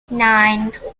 nine